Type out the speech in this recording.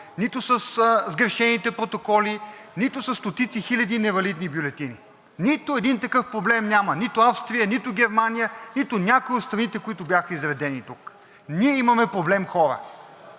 нито със сгрешените протоколи, нито със стотиците хиляди невалидни бюлетини. Нито един такъв проблем няма – нито Австрия, нито Германия, нито някоя от страните, които бяха изредени тук. Хора, ние имаме проблем и